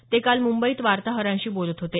ते काल मुंबईत वार्ताहरांशी बोलत होते